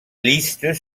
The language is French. listes